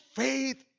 faith